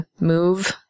move